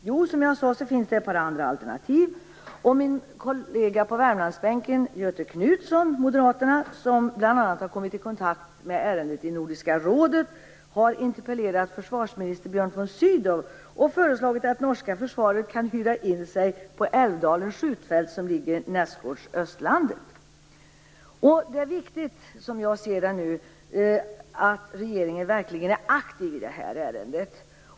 Jo, som jag sade finns det ett par andra alternativ. Min kollega på Värmlandsbänken, Göthe Knutson från Moderaterna, har bl.a. kommit i kontakt med ärendet i Nordiska rådet. Han har interpellerat försvarsminister Björn von Sydow och föreslagit att norska försvaret kan hyra in sig på Älvdalens skjutfält som ligger nästgårds Det är viktigt att regeringen verkligen är aktiv i det här ärendet.